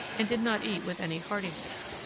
and did not eat with any heartiness.